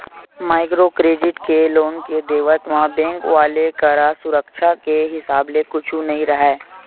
micro credit के loan के देवत म बेंक वाले करा सुरक्छा के हिसाब ले कुछु नइ राहय